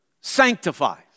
sanctifies